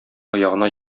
аягына